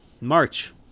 March